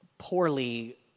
poorly